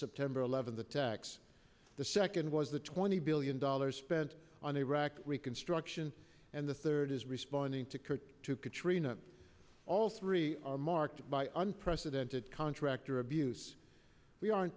september eleventh attacks the second was the twenty billion dollars spent on iraq reconstruction and the third is responding to kurt to katrina all three are marked by unimpressive did contractor abuse we aren't